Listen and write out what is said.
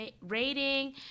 rating